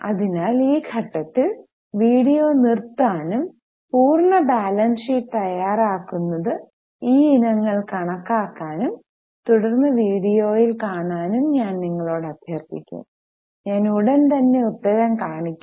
അതിനാൽ ഈ ഘട്ടത്തിൽ വീഡിയോ നിർത്താനും പൂർണ്ണ ബാലൻസ് ഷീറ്റ് തയ്യാറാക്കുന്നത് ഈ ഇനങ്ങൾ കണക്കാക്കാനും തുടർന്ന് വീഡിയോയിൽ കാണാനും ഞാൻ നിങ്ങളോട് അഭ്യർത്ഥിക്കും ഞാൻ ഉടൻ തന്നെ ഉത്തരം കാണിക്കും